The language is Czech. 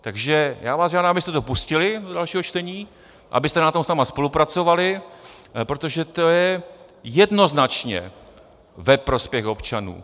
Takže já vás žádám, abyste to pustili do dalšího čtení, abyste na tom s námi spolupracovali, protože to je jednoznačně ve prospěch občanů.